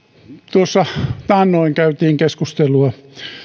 tuossa taannoin käytiin keskustelua